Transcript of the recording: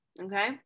Okay